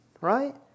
right